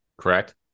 Correct